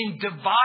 divided